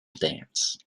dance